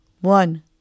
One